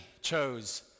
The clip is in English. chose